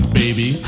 baby